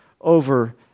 over